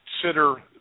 consider